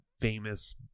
famous